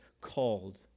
called